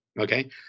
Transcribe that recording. okay